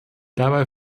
dabei